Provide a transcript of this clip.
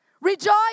Rejoice